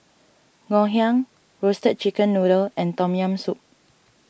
Ngoh Hiang Roasted Chicken Noodle and Tom Yam Soup